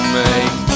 make